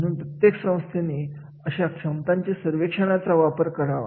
म्हणून प्रत्येक संस्थेने अशा क्षमतांच्या सर्वेक्षण यांचा वापर करावा